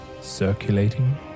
circulating